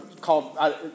called